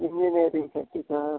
इंजिनियरिंगसाठी sir